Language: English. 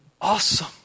awesome